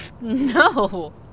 No